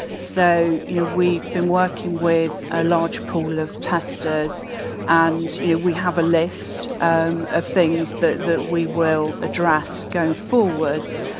so you know we've been working with a large pool of testers and you know we have a list um of things that that we will address going forwards,